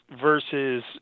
versus